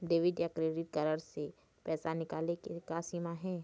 Debit या credit card से पैसा निकाले के का सीमा हे?